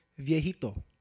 viejito